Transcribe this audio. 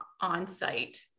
on-site